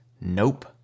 Nope